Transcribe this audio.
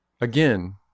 again